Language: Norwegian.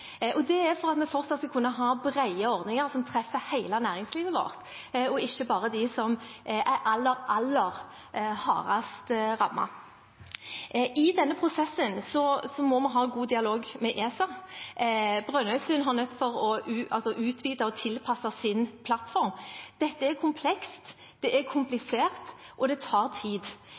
Det er for at vi fortsatt skal kunne ha brede ordninger som treffer hele næringslivet vårt, og ikke bare dem som er aller, aller hardest rammet. I denne prosessen må vi ha god dialog med ESA. Brønnøysundregistrene er nødt til å utvide og tilpasse sin plattform. Dette er komplekst, det er komplisert, og det tar tid.